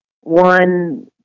one